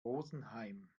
rosenheim